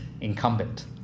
incumbent